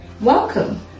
Welcome